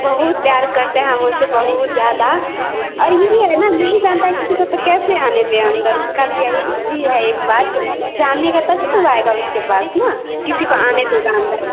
बहुत प्यार करते हैं हम उससे बहुत ज़्यादा और यह भी है ना नहीं जानता है किसी को तो कैसे आने दे अंदर उसका भी यही वही है एक बात जानेगा तभी तो आएगा उसके पास ना किसी को आने देगा अंदर